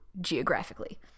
geographically